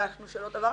הגשנו שאלות הבהרה,